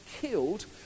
killed